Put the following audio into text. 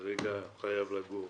כרגע הוא חייב לגור